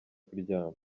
kuryama